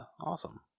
Awesome